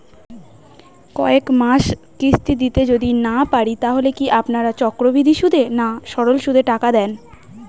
কয়েক মাস কিস্তি দিতে যদি না পারি তাহলে কি আপনারা চক্রবৃদ্ধি সুদে না সরল সুদে টাকা দেন?